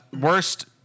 Worst